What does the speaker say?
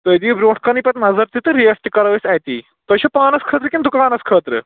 تُہۍ دِیِو برٛونٛٹھ کَنٕے پَتہٕ نَظر تہِ تہٕ ریٹ تہِ کرو أسۍ اَتی تۄہہِ چھُو پانَس خٲطرٕ کِنہٕ دُکانَس خٲطرٕ